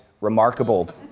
remarkable